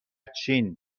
چین